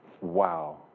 Wow